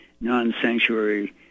non-sanctuary